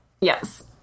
yes